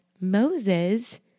Moses